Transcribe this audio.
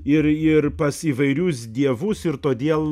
ir ir pas įvairius dievus ir todėl